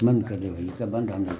बंद करे भई एकर बंद बंद